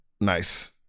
Nice